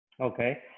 Okay